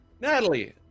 Natalie